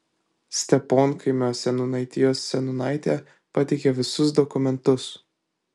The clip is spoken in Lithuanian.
steponkaimio seniūnaitijos seniūnaitė pateikė visus dokumentus